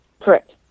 Correct